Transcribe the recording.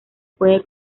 puede